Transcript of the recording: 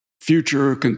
future